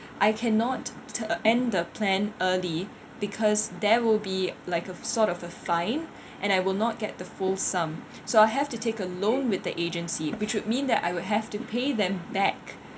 I cannot th~ end the plan early because there will be like a sort of a fine and I will not get the full sum so I have to take a loan with the agency which would mean that I would have to pay them back